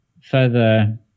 further